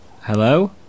Hello